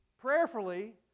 prayerfully